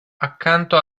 accanto